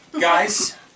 guys